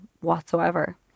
whatsoever